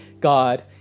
God